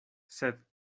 sed